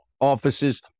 offices